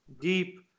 deep